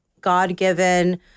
God-given